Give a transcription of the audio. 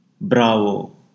Bravo